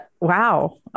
wow